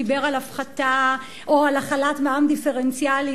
דיבר על הפחתה או על החלת מע"מ דיפרנציאלי,